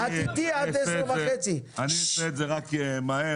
אעשה את זה מהר.